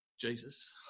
Jesus